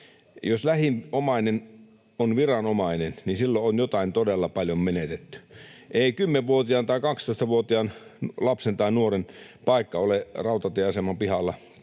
Jos lähin omainen on viranomainen, niin silloin on jotain todella paljon menetetty. Ei 10-vuotiaan tai 12-vuotiaan lapsen tai nuoren paikka ole rautatieaseman pihalla